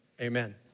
Amen